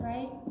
Right